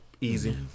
Easy